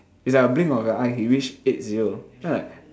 is like a blink of your eye he reached eight zero then I